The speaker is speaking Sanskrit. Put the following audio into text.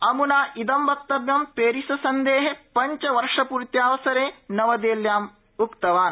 अमुना इदं वक्तव्यं पेरिससन्धेः पञ्चवर्षपूर्त्यावसरे नवदेहल्यां उक्तम्